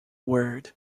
word